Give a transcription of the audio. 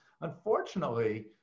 unfortunately